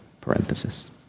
parenthesis